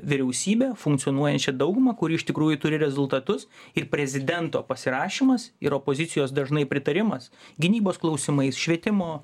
vyriausybę funkcionuojančią daugumą kuri iš tikrųjų turi rezultatus ir prezidento pasirašymas ir opozicijos dažnai pritarimas gynybos klausimais švietimo